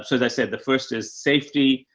so as i said, the first is safety.